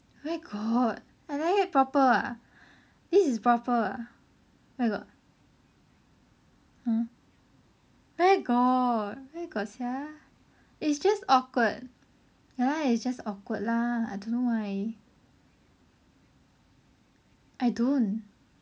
where got I never proper ah this is proper ah where got !huh! where got where got sia it's just awkward ya lah it's just awkward lah I don't know why I don't